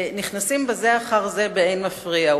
נכנסים בזה אחר זה באין מפריע.